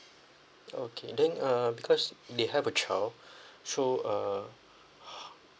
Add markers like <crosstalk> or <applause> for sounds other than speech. okay then uh because they have a child so uh <noise>